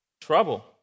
trouble